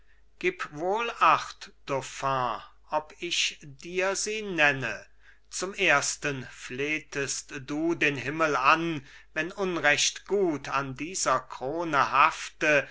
gib wohl acht dauphin ob ich dir sie nenne zum ersten flehtest du den himmel an wenn unrecht gut an dieser krone hafte